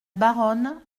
baronne